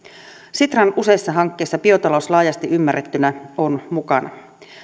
sitran useissa hankkeissa biotalous laajasti ymmärrettynä on mukana